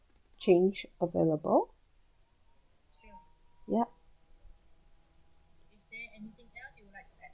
change available yup